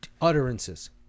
utterances